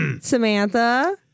Samantha